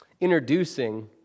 introducing